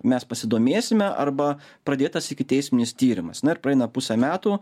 mes pasidomėsime arba pradėtas ikiteisminis tyrimas na ir praeina pusę metų